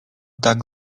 tak